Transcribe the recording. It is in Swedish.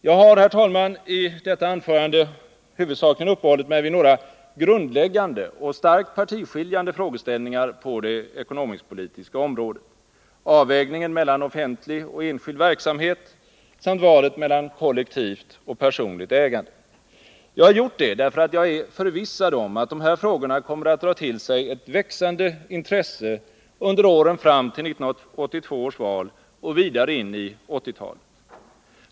Jag har, herr talman, i detta anförande huvudsakligen uppehållit mig vid några grundläggande och starkt partiskiljande frågeställningar på det ekonomisk-politiska området: avvägningen mellan offentlig och enskild verksamhet samt valet mellan kollektivt och personligt ägande. Jag har gjort det därför att jag är förvissad om att dessa frågor kommer att dra till sig ett växande intresse under åren fram till 1982 års val och vidare in i 1980-talet.